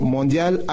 Mondial